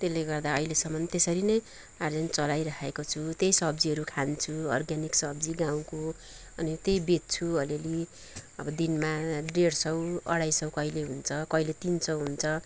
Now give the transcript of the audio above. त्यसले गर्दा अहिलेसम्म त्यसरी नै आर्जन चलाइराखेको छु त्यही सब्जीहरू खान्छु अर्ग्यानिक सब्जी गाउँको अनि त्यही बेच्छु अलिअलि अब दिनमा डेढ सौ अढाइ सौ कहिले हुन्छ कहिले तिन सौ हुन्छ